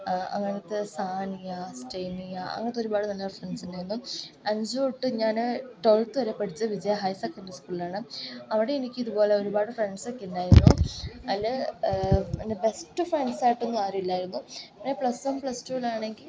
അങ്ങനത്തെ സാനിയ സ്റ്റേനിയ അങ്ങനത്തെ ഒരുപാട് നല്ല ഫ്രണ്ട്സ് ഉണ്ടായിരുന്നു അഞ്ച് തൊട്ട് ഞാൻ റ്റ്വൽത്ത് വരെ പഠിച്ചത് വിജയ ഹയർ സെക്കൻഡറി സ്കൂളിലാണ് അവിടെ എനിക്ക് ഇതുപോലെ ഒരുപാട് ഫ്രണ്ട്സ് ഒക്കെ ഉണ്ടായിരുന്നു അതില് എൻ്റെ ബെസ്റ്റ് ഫ്രണ്ട്സ് ആയിട്ടൊന്നും ആരും ഇല്ലായിരുന്നു പിന്നെ പ്ലസ് വൺ പ്ലസ് ടൂനാണെങ്കിൽ